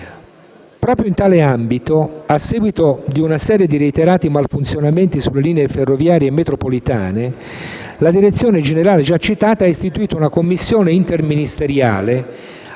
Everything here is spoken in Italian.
Proprio in tale ambito, a seguito di una serie di reiterati malfunzionamenti sulle linee ferroviarie e metropolitane, la citata direzione generale ha istituito una commissione interministeriale